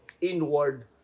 inward